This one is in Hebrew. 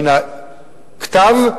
מן הכתב,